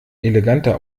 eleganter